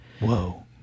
Whoa